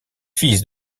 fils